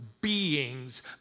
beings